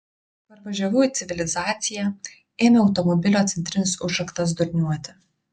parvažiavau į civilizaciją ėmė automobilio centrinis užraktas durniuoti